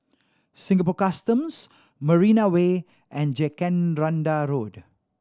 Singapore Customs Marina Way and Jacaranda Road